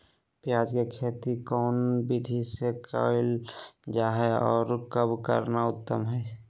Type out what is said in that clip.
प्याज के खेती कौन विधि से कैल जा है, और कब करना उत्तम है?